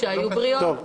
אבל יש אחרות שהיו בריאות.